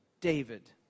David